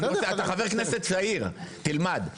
אתה חבר כנסת צעיר, תלמד.